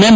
M